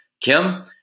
Kim